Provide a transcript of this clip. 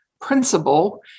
principle